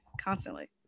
constantly